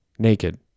Naked